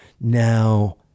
Now